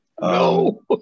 No